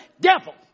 devil